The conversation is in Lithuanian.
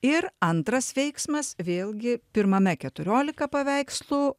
ir antras veiksmas vėlgi pirmame keturiolika paveikslų